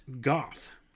goth